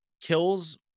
kills